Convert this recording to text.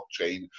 blockchain